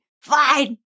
fine